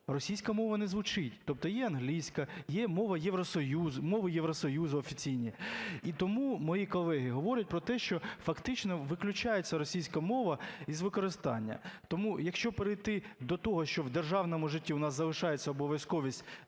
російська мова не звучить, тобто є англійська, є мова Євросоюзу… мови Євросоюзу офіційні. І тому мої колеги говорять про те, що фактично виключається російська мова із використання. Тому, якщо перейти до того, що в державному житті у нас залишається обов'язковість